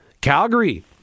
Calgary